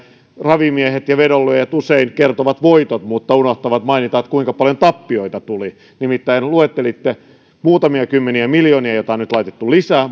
ravimiehet ja vedonlyöjät usein kertovat voitot mutta unohtavat mainita kuinka paljon tappioita tuli luettelitte muutamia kymmeniä miljoonia joita nyt on laitettu lisää